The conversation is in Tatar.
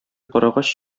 карагач